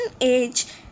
age